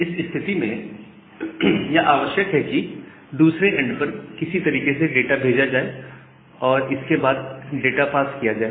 इस स्थिति में आवश्यक यह है कि दूसरे एंड पर किसी तरीके से डाटा भेजा जाए और इसके बाद डाटा पार्स किया जाए